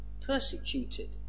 persecuted